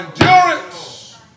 endurance